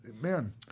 Man